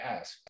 ask